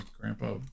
grandpa